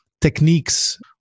techniques